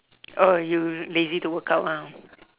oh you lazy to work out ah